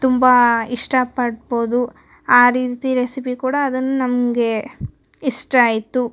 ತುಂಬಾ ಇಷ್ಟ ಪಡ್ಬೋದು ಆ ರೀತಿ ರೆಸಿಪಿ ಕೂಡ ಅದನ್ನು ನಮಗೆ ಇಷ್ಟ ಆಯಿತು